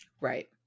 Right